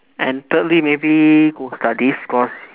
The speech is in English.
and thirdly maybe go studies because